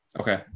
Okay